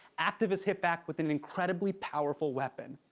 activists hit back with an incredibly powerful weapon.